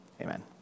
Amen